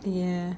ya